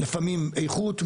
לפעמים איכות,